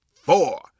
four